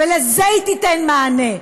ולזה היא תיתן מענה,